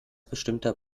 bestimmter